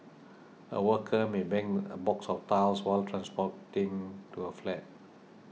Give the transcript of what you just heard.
a worker may bang a box of tiles while transporting to a flat